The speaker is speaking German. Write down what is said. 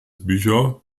bücher